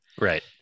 right